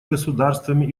государствами